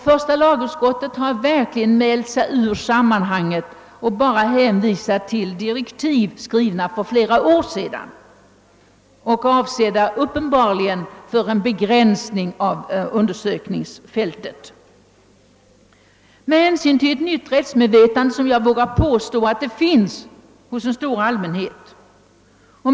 Första lagutskottet har här mält sig ur samhörigheten och hänvisar bara till för flera år sedan skrivna direktiv, som uppenbarligen varit avsedda för en begränsad del av undersökningsfältet. Jag vill påstå att det finns ett nytt rättsmedvetande hos den stora allmänheten.